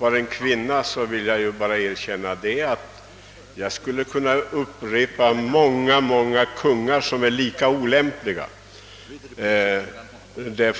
var kvinna, vill jag erkänna att jag skulle kunna räknå upp många kungar som var lika olämpliga som hon.